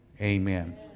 Amen